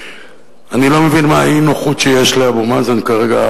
שאני לא מבין מה האי-נוחות שיש לאבו מאזן כרגע,